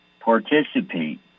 participate